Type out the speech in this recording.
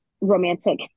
romantic